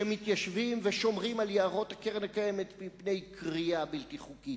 שמתיישבים ושומרים על יערות הקרן הקיימת מפני כרייה בלתי חוקית,